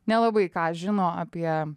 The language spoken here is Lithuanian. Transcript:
nelabai ką žino apie